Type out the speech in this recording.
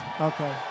Okay